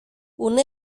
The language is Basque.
une